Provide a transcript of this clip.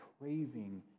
craving